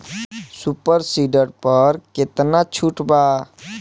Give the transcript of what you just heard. Super seeder पर केतना छूट बा?